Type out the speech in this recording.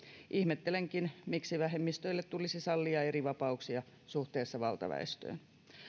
ihmettelenkin miksi vähemmistöille tulisi sallia erivapauksia suhteessa valtaväestöön